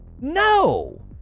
No